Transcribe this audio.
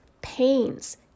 pains